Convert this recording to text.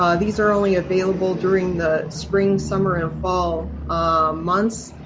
um these are only available during the spring, summer and fall months.